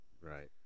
Right